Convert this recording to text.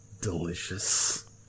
delicious